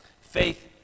faith